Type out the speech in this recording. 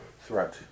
threat